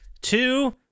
Two